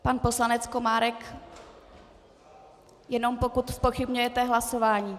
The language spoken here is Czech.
Pan poslanec Komárek, jenom pokud zpochybňujete hlasování.